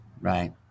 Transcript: Right